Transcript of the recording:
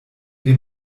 wir